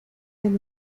del